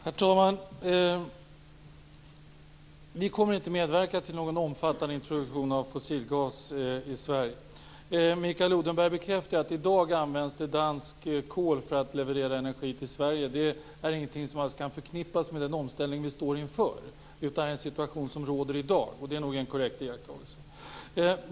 Herr talman! Vi kommer inte att medverka till någon omfattande introduktion av fossilgas i Sverige. Mikael Odenberg bekräftar att det i dag används danskt kol för att leverera energi till Sverige. Det är inte alls någonting som kan förknippas med den omställning som vi står inför utan en situation som råder i dag. Det är nog en korrekt iakttagelse.